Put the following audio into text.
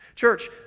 Church